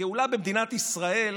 הגאולה במדינת ישראל